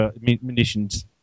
munitions